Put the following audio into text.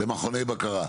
מכוני בקרה.